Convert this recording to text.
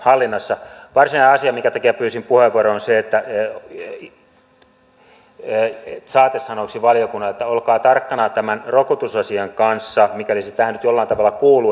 varsinainen asia minkä takia pyysin puheenvuoron on se saatesanoiksi valiokunnalle että olkaa tarkkana tämän rokotusasian kanssa mikäli se tähän nyt jollain tavalla kuuluu